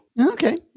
Okay